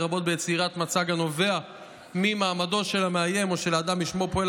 לרבות ביצירת מצג הנובע ממעמדו של המאיים או של האדם בשמו פועל